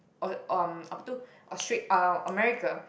orh um apa itu Austra~ uh America